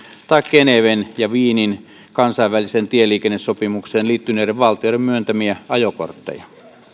tai geneven ja wienin kansainvälisiin tieliikennesopimuksiin liittyneiden valtioiden myöntämiä ajokortteja